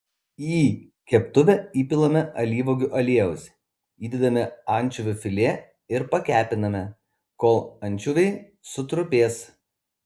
į keptuvę įpilame alyvuogių aliejaus įdedame ančiuvių filė ir pakepiname kol ančiuviai sutrupės